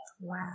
Wow